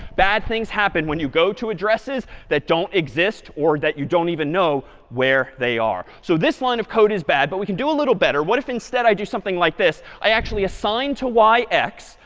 bad things happen when you go to addresses that don't exist or that you don't even know where they are. so this line of code is bad. but we can do a little better. what if instead i do something like this? i actually assign to y x.